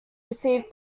received